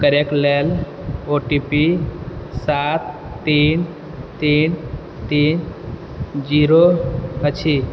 करै लेल O T P सात तीन तीन तीन जीरो अछि